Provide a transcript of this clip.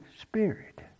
Spirit